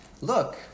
look